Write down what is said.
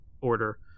order